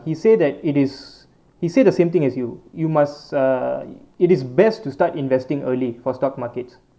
he say that it is he say the same thing as you you must err it is best to start investing early for stock markets